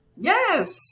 Yes